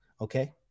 Okay